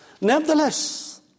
Nevertheless